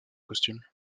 costume